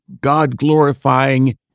God-glorifying